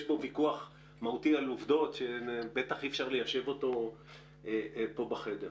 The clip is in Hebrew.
פה ויכוח מהותי על עובדות שבטח אי אפשר ליישב אותו פה בחדר.